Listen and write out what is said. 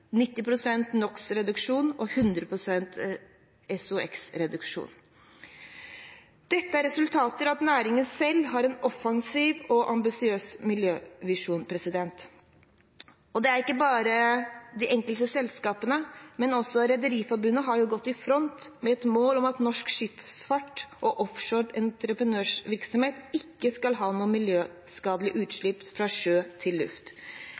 av at næringen selv har en offensiv og ambisiøs miljøvisjon. Og ikke bare de enkelte selskapene, men også Rederiforbundet har gått i front med et mål om at norsk skipsfart og offshore entreprenørvirksomhet ikke skal ha noen miljøskadelige utslipp fra sjø til luft.